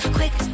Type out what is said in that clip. Quick